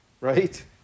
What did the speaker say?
Right